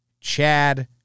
Chad